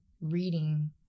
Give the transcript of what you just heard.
reading